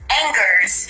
angers